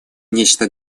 нечто